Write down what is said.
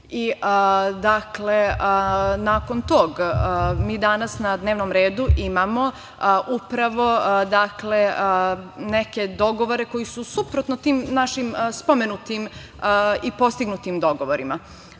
Dakle, nakon toga, mi danas na dnevnom redu imamo, upravo neke dogovore koji su suprotno tim našim spomenutim i postignutim dogovorima.